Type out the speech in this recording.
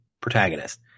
protagonist